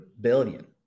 billion